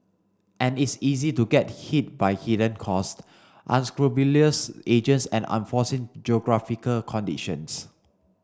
and it's easy to get hit by hidden costs unscrupulous agents and unforeseen geographical conditions